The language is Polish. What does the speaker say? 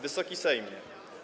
Wysoki Sejmie!